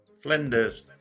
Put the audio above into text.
Flinders